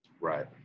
Right